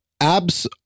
Abs